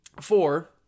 four